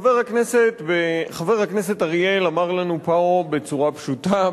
חבר הכנסת אריאל אמר לנו פה בצורה פשוטה,